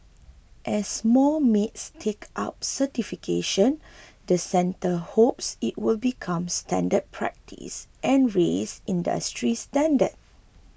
as more maids take up certification the centre hopes it will become standard practice and raise industry standards